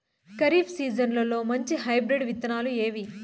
ఖరీఫ్ సీజన్లలో మంచి హైబ్రిడ్ విత్తనాలు ఏవి